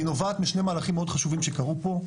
והיא נובעת משני מהלכים מאוד חשובים שקרו פה,